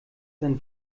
sein